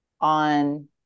on